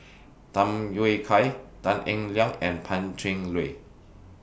Tham Yui Kai Tan Eng Liang and Pan Cheng Lui